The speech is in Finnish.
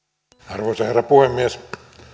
arvoisa herra puhemies tämä